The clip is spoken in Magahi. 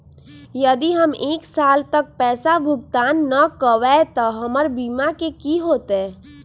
यदि हम एक साल तक पैसा भुगतान न कवै त हमर बीमा के की होतै?